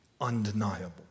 undeniable